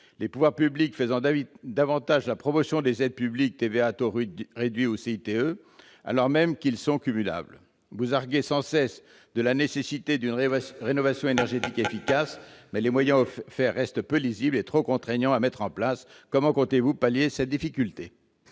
les pouvoirs publics faisant davantage la promotion des aides publiques- TVA à taux réduit ou CITE -, alors même qu'ils sont cumulables. Veuillez conclure. Vous arguez sans cesse de la nécessité d'une rénovation énergétique efficace, mais les moyens offerts restent peu lisibles et trop contraignants à mettre en place. Comment comptez-vous pallier cette difficulté ?